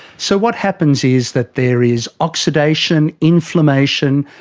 so what happens is that there is oxidation, inflammation,